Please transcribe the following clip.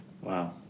Wow